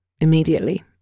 immediately